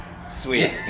sweet